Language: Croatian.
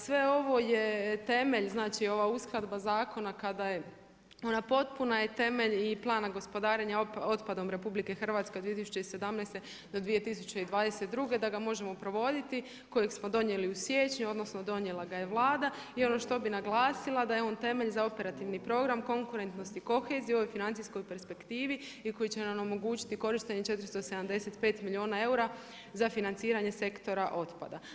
Sve ovo je temelj ova uskladba zakona kada je ona potpuna je temelj i Plana gospodarenja otpadom RH od 2017.-2022. da ga možemo provoditi kojeg smo donijeli u siječnju, odnosno donijela ga je Vlada i ono što bi naglasila da je on temelj za operativni program Konkurentnost i koheziju u ovoj financijskoj perspektivi i koji će nam omogućiti korištenje 475 milijuna eura za financiranje sektora otpada.